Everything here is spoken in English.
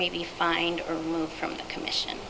may be fined or moved from the commission